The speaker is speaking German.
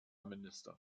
minister